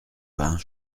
vingts